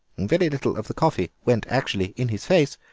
very little of the coffee went actually in his face,